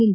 M